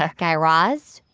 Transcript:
ah guy raz,